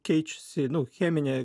keičiasi cheminė